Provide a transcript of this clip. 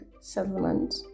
settlement